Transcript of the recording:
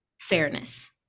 fairness